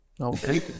Okay